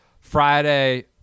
Friday